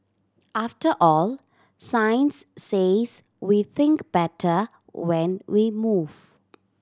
after all science says we think better when we move